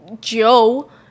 joe